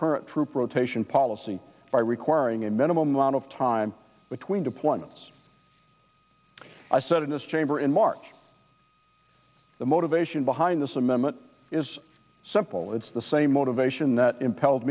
current troop rotation policy by requiring a minimum amount of time between deployments i said in this chamber in march the motivation behind this amendment is simple it's the same motivation that imp